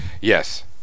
Yes